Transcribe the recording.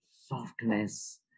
softness